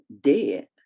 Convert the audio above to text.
dead